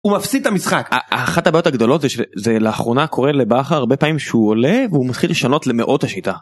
הוא מפסיד את המשחק אחת הבעיות הגדולות זה ש...לאחרונה קורה לבכר הרבה פעמים שהוא עולה והוא מתחיל לשנות למאות את השיטה.